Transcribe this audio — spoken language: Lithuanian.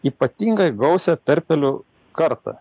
ypatingai gausią perpelių kartą